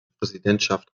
präsidentschaft